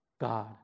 God